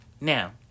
Now